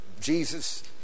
Jesus